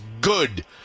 good